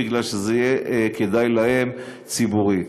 בגלל שזה יהיה כדאי להם ציבורית.